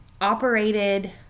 operated